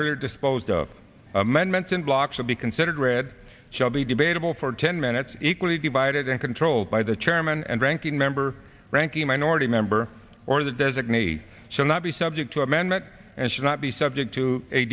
earlier disposed of amendments in blocks will be considered read shall be debatable for ten minutes equally divided and controlled by the chairman and ranking member ranking minority member or the designee shall not be subject to amendment and should not be subject to a